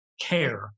care